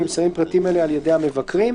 נמסרים פרטים אלה על ידי המבקרים.